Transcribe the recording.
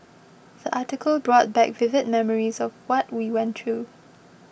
the article brought back vivid memories of what we went through